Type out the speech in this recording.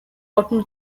cotton